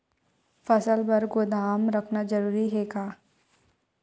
फसल बर गोदाम रखना जरूरी हे का?